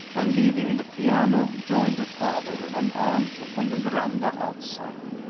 and, leaving the piano, joined her father and aunt upon the veranda outside.